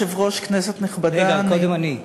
כן.